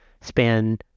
span